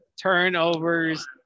Turnovers